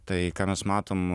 tai ką mes matom